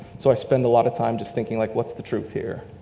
so i spend a lot of time just thinking like, what's the truth here,